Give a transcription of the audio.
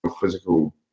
physical